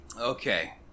Okay